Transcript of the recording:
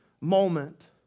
moment